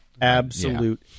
Absolute